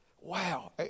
Wow